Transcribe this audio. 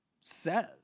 says